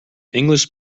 english